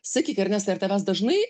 sakyk ernestai ar tavęs dažnai